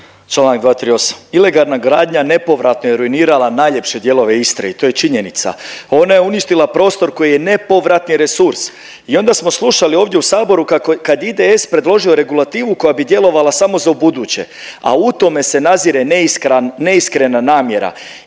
Čl. 238., ilegalna gradnja nepovratno je ruinirala najljepše dijelove Istre i to je činjenica. Ona je uništila prostor koji je nepovratni resurs i onda smo slušali ovdje u saboru kako, kad je IDS predložio regulativu koja bi djelovala samo za ubuduće, a u tome se nazire neiskran, neiskrena